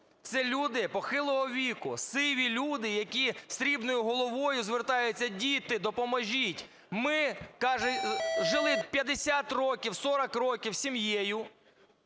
Це люди похилого віку, сиві люди, які з срібною головою звертаються: "Діти, допоможіть! Ми, - каже, - жили 50 років, 40 років сім'єю,